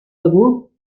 begur